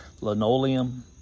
linoleum